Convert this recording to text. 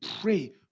pray